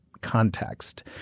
context